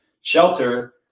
shelter